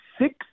six